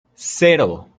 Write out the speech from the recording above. cero